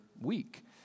week